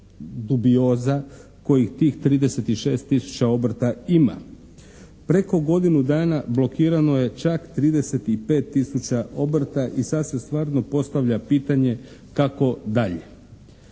dubioza kojih tih 36000 obrta ima. Preko godinu dana blokirano je čak 35000 obrta i sad se stvarno postavlja pitanje kako dalje.